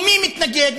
ומי מתנגד?